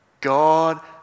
God